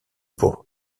pour